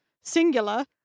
singular